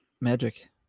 magic